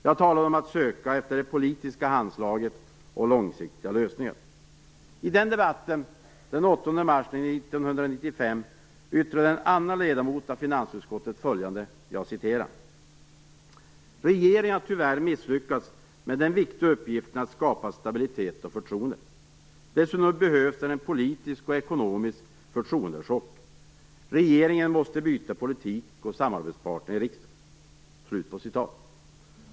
Jag talade om att söka efter det politiska handslaget och långsiktiga lösningar. I den debatten, den 8 mars 1995, yttrade en annan ledamot av finansutskottet följande: "Regeringen har tyvärr misslyckats med den viktiga uppgiften att skapa stabilitet och förtroende. - Det som nu behövs är en politisk och ekonomisk förtroendechock. - Regeringen måste byta politik och samarbetspartner i riksdagen."